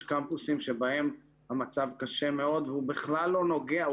יש קמפוסים שבהם המצב קשה מאוד והוא בכלל לא נוגע,